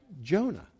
Jonah